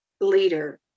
leader